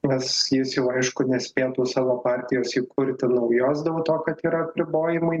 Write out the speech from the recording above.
nes jis jau aišku nespėtų savo partijos įkurti naujos dėl to kad yra apribojimai